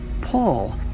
Paul